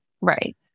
right